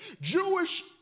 Jewish